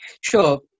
Sure